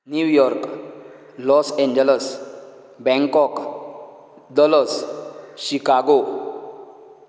New York Los Angeles Bangkok Dallas Chicago